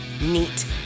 neat